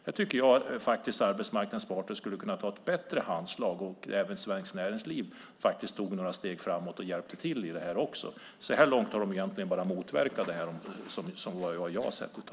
Jag tycker att arbetsmarknadens parter skulle kunna komma bättre överens och att Svenskt Näringsliv kunde ta några steg framåt och hjälpa till. Så här långt har de, vad jag har sett, bara motverkat detta.